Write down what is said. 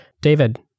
david